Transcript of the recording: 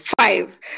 Five